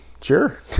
sure